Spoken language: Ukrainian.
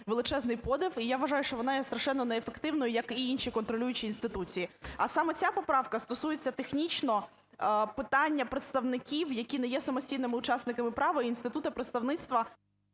величезний подив. І я вважаю, що вона є страшенно неефективною, як і інші контролюючі інституції. А саме ця поправка стосується технічно питання представників, які не є самостійними учасниками права і інституту представництва…